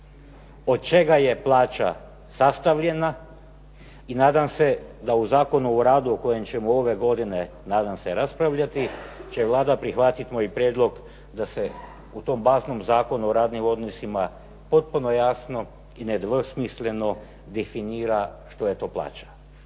od čega je plaća sastavljena i nadam se da u Zakonu o radu, o kojem ćemo ove godine nadam se raspravljati, će Vlada prihvatit moj prijedlog da se u tom basnom Zakonu o radnim odnosima potpuno jasno i nedvosmisleno definira što je to plaća.